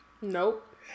Nope